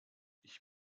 ich